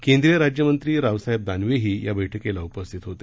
केंद्रीय राज्यमंत्री रावसाहेब दानवेही या बैठकीला उपस्थित होते